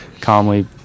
calmly